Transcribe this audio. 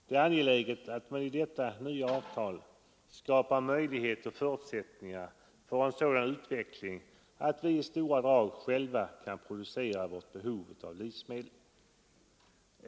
Det är angeläget att man i detta nya avtal skapar förutsättningar för en sådan utveckling att vi i stora drag själva kan producera vårt behov av livsmedel.